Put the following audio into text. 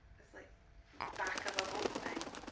like back of a boat thing